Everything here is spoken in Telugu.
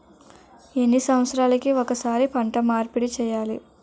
ఎన్ని సంవత్సరాలకి ఒక్కసారి పంట మార్పిడి చేయాలి?